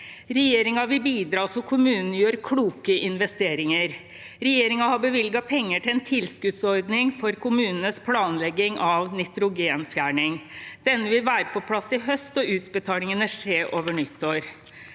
Regjeringen vil bidra slik at kommunene gjør kloke investeringer. Regjeringen har bevilget penger til en tilskuddsordning for kommunenes planlegging av nitrogenfjerning. Den vil være på plass i høst, og utbetalingene vil skje over nyttår.